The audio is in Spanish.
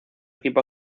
equipo